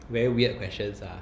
very weird questions ah